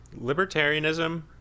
Libertarianism